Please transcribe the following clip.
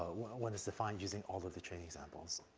when it's defined using all of the training examples,